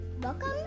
welcome